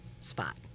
spot